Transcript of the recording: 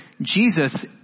Jesus